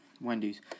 Wendy's